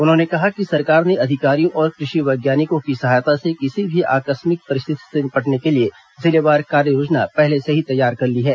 उन्होंने कहा कि सरकार ने अधिकारियों और कृषि वैज्ञानिकों की सहायता से किसी भी आकस्मिक परिस्थिति से निपटने के लिए जिलेवार कार्ययोजना पहले से ही तैयार कर ली है